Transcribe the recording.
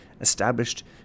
established